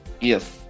yes